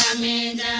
man